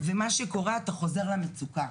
ומה שקורה הוא שאתה חוזר למצוקה.